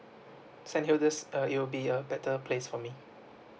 saint hilda's um it will be a better place for me